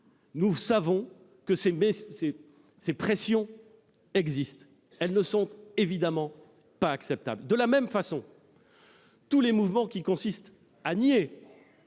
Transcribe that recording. des films ! Ces pressions ne sont évidemment pas acceptables. De la même façon, tous les mouvements qui consistent à nier